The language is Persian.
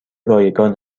رایگان